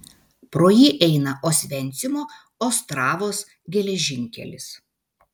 pro jį eina osvencimo ostravos geležinkelis